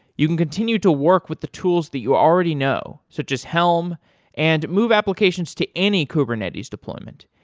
you can continue to work with the tools that you already know, such as helm and move applications to any kubernetes deployment.